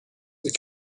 the